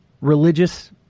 religious